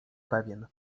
pewien